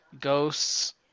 Ghosts